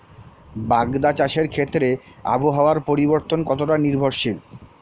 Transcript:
বাগদা চাষের ক্ষেত্রে আবহাওয়ার পরিবর্তন কতটা নির্ভরশীল?